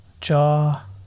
jaw